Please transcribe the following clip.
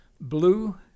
blue